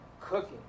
cooking